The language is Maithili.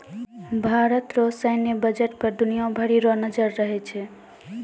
भारत रो सैन्य बजट पर दुनिया भरी रो नजर रहै छै